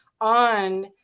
on